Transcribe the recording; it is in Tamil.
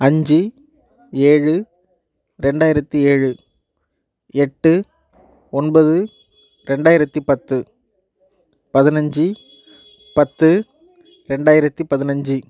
அஞ்சு ஏழு ரெண்டாயிரத்தி ஏழு எட்டு ஒன்பது ரெண்டாயிரத்தி பத்து பதினஞ்சு பத்து ரெண்டாயிரத்தி பதினஞ்சு